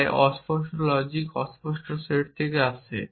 তাই অস্পষ্ট লজিক অস্পষ্ট সেট থেকে আসে